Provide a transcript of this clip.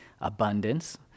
abundance